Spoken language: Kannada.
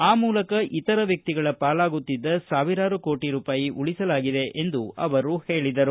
ಆ ಮೂಲಕ ಇತರ ವ್ಯಕ್ತಿಗಳ ಪಾಲಾಗುತ್ತಿದ್ದ ಸಾವಿರಾರು ಕೋಟಿ ರೂಪಾಯಿ ಉಳಿಸಲಾಗಿದೆ ಎಂದು ಅವರು ಹೇಳಿದರು